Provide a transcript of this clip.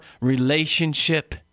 relationship